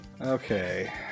okay